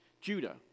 Judah